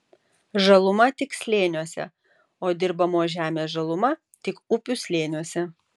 žaluma tik slėniuose o dirbamos žemės žaluma tik upių slėniuose